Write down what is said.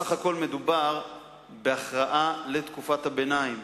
בסך הכול מדובר על הכרעה לתקופת הביניים,